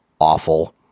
awful